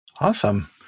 Awesome